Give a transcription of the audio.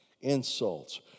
insults